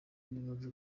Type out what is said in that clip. nibaze